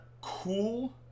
cool